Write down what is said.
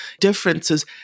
differences